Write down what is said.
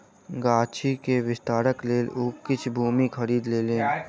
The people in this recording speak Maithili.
गाछी के विस्तारक लेल ओ किछ भूमि खरीद लेलैन